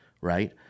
right